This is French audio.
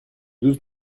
douze